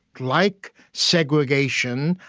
like segregation,